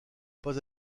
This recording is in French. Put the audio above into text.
pas